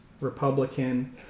republican